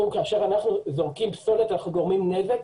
שכאשר אנחנו זורקים פסולת, אנחנו גורמים נזק